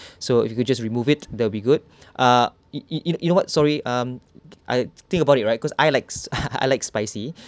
so if you could just remove it that'll be good ah you you you know what sorry um I think about it right cause I like I like spicy